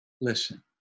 listen